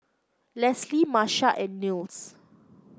Leslee Marcia and Nils